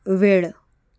वेळ